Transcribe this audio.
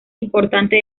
importante